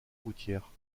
routière